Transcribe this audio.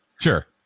Sure